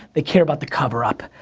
they care about the coverup.